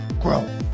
grow